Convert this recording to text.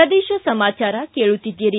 ಪ್ರದೇಶ ಸಮಾಚಾರ ಕೇಳುತ್ತೀದ್ದಿರಿ